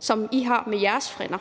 som I har med jeres frænder.